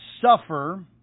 suffer